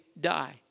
die